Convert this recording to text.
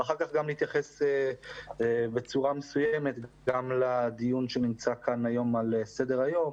ואחר כך להתייחס בצורה מסוימת גם לדיון שנמצא כאן על סדר היום.